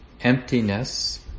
emptiness